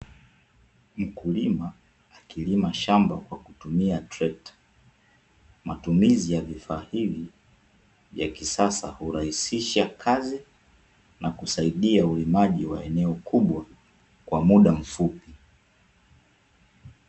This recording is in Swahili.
Mkulima akilima shamba kwa kutumia trekta, matimizi ya vifaa hivi ya kisasa hurahisisha kazi na kusaidia ulimaji wa eneo kubwa kwa muda mfupi.